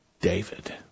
David